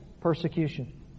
persecution